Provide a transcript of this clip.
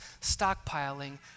stockpiling